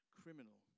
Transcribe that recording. criminal